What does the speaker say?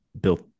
built